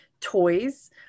toys